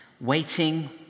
Waiting